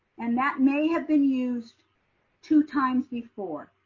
and that may have been used two times before.